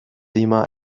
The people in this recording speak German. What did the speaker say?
immer